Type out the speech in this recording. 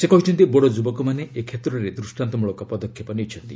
ସେ କହିଛନ୍ତି ବୋଡୋ ଯୁବକମାନେ ଏ କ୍ଷେତ୍ରରେ ଦୃଷ୍ଟାନ୍ତ ମଳକ ପଦକ୍ଷେପ ନେଇଛନ୍ତି